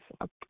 up